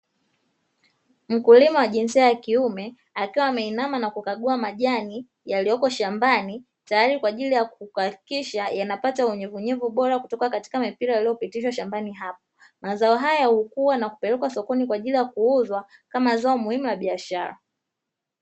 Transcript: Mkulima wa jinsia ya kiume akiwa ameinama na kukagua majani yaliyoko shambani tayari kwa ajili ya kuhakikisha yanapata unyevuunyevu bora kutoka katika mipira iliyopitishwa shambani hapo mazao haya hukuwa na kupelekwa sokoni kwa ajili ya kuuzwa kama zao muhimu ya biashara.